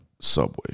Subway